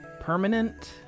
permanent